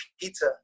pizza